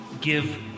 give